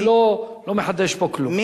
אני לא מחדש פה כלום.